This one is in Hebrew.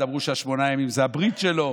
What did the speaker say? אמרו ששמונת הימים זה הברית שלו.